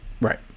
right